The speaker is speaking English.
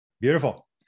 Beautiful